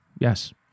Yes